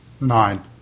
Nine